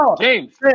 James